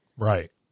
Right